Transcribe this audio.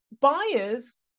buyers